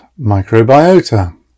microbiota